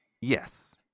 Yes